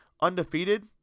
undefeated